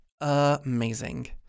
Amazing